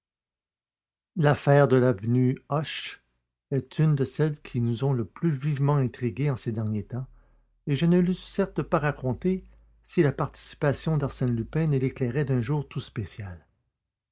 l'affaire de l'avenue hoche est une de celles qui nous ont le plus vivement intrigués en ces derniers temps et je ne l'eusse certes pas racontée si la participation d'arsène lupin ne l'éclairait d'un jour tout spécial